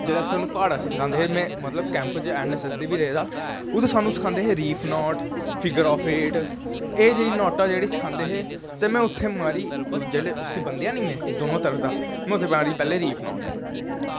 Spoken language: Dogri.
जेह्ड़ा स्हानू प्हाड़े आस्तै हसदे हे में ऐन सी सी च बी रेह्दा ओह् स्हानू सखांदे हे रीफ नाट फिर ग्राफेट एह् जेही नाटां जेह्ड़ी सखांदे हे ते में उत्थें मारी जिसलै में उसी ब'न्नेआ नी दोनों साईड दा में मारी पैह्लें रीफ नाट